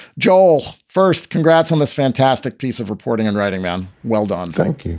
joel, first, congrats on this fantastic piece of reporting and writing around. well done. thank you.